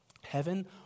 Heaven